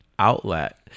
Outlet